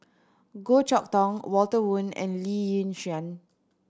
Goh Chok Tong Walter Woon and Lee Yi Shyan